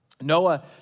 Noah